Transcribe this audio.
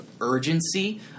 urgency